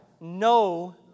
no